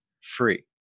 free